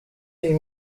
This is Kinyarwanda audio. iyi